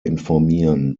informieren